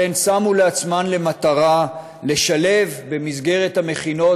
והן שמו לעצמן למטרה לשלב במסגרת המכינות